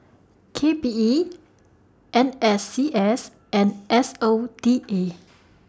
K P E N S C S and S O T A